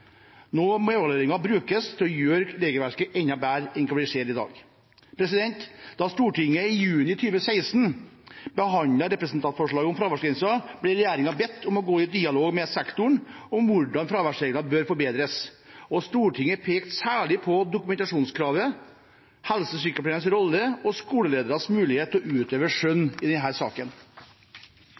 Nå må evalueringen brukes til å gjøre regelverket enda bedre enn hva vi ser i dag. Da Stortinget i juni 2016 behandlet representantforslaget om fraværsgrensen, ble regjeringen bedt om å gå i dialog med sektoren om hvordan fraværsreglene bør forbedres. Stortinget pekte særlig på dokumentasjonskravet, helsesykepleierens rolle og skolelederes mulighet til å utøve skjønn i denne saken.